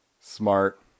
Smart